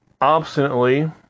obstinately